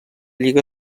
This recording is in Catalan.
lliga